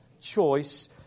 choice